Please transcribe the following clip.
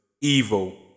evil